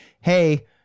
hey